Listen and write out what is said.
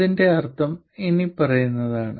അതിന്റെ അർത്ഥം ഇനിപ്പറയുന്നതാണ്